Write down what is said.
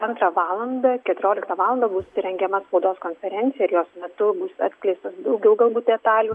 antrą valandą keturioliktą valandą bus rengiama spaudos konferencijos metu bus atskleista daugiau galbūt detalių